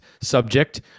subject